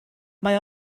mae